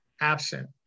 absent